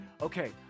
Okay